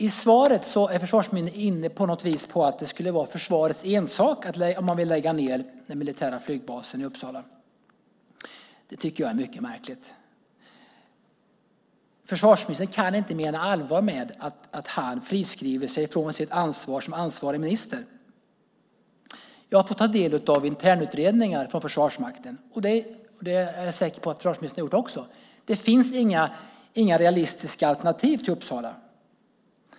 I svaret är försvarsministern på något vis inne på att det skulle vara försvarets ensak om man vill lägga ned den militära flygbasen i Uppsala. Det tycker jag är mycket märkligt. Försvarsministern kan inte mena allvar med att han friskriver sig från sitt ansvar som ansvarig minister. Jag har fått ta del av internutredningar från Försvarsmakten - det är jag säker på att försvarsministern också har gjort. Det finns inga realistiska alternativ till Uppsala.